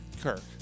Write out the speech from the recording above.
Kirk